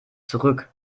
zurück